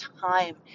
time